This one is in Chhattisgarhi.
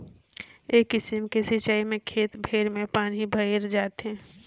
ए किसिम के सिचाई में खेत भेर में पानी भयर जाथे